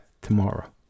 tomorrow